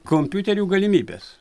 kompiuterių galimybes